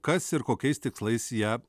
kas ir kokiais tikslais ją